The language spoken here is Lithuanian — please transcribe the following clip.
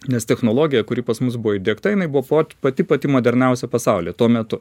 nes technologija kuri pas mus buvo įdiegta jinai buvo fort pati pati moderniausia pasaulyje tuo metu